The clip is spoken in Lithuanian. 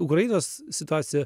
ukrainos situacija